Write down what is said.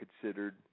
considered